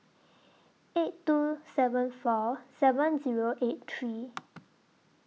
eight two seven four seven Zero eight three